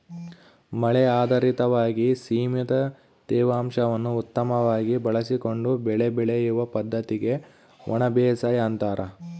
ಮಳೆ ಆಧಾರಿತವಾಗಿ ಸೀಮಿತ ತೇವಾಂಶವನ್ನು ಉತ್ತಮವಾಗಿ ಬಳಸಿಕೊಂಡು ಬೆಳೆ ಬೆಳೆಯುವ ಪದ್ದತಿಗೆ ಒಣಬೇಸಾಯ ಅಂತಾರ